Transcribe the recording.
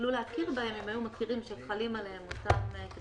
יכלו להכיר בהם אם היו מכירים שחלים עליהם אותם כללים.